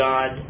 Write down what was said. God